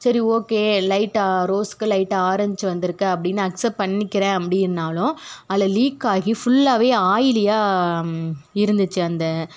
சரி okay light ரோஸ்க்கு light orange வந்திருக்கு அப்படின்னு அக்செப்ட் பண்ணிக்கிறேன் அப்படின்னாலும் அதில் லீக் ஆகி ஃபுல்லாகவே ஆயிலியா இருந்துச்சு அந்த